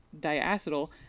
diacetyl